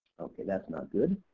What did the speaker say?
okay that's not good.